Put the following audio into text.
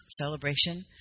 celebration